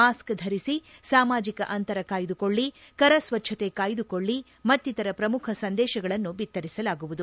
mask ಧರಿಸಿ ಸಾಮಾಜಿಕ ಅಂತರ ಕಾಯ್ದುಕೊಳ್ಳಿ ಕರ ಸ್ವಚ್ಲತೆ ಕಾಯ್ದುಕೊಳ್ಳಿ ಮತ್ತಿತರ ಪ್ರಮುಖ ಸಂದೇಶಗಳನ್ನು ಬಿತ್ತರಿಸಲಾಗುವುದು